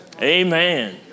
Amen